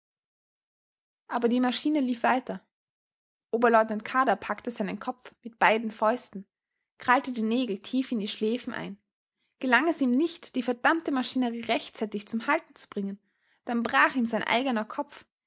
aber die maschine lief weiter oberleutnant kadar packte seinen kopf mit beiden fäusten krallte die nägel tief in die schläfen ein gelang es ihm nicht die verdammte maschinerie rechtzeitig zum halten zu bringen dann brach ihm sein eigener kopf